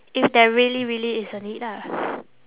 if there really really is a need lah